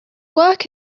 work